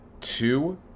two